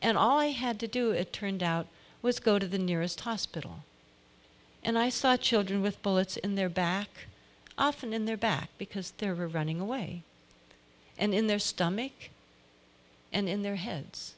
and all i had to do it turned out was go to the nearest hospital and i saw children with bullets in their back often in their back because they were running away and in their stomach and in their heads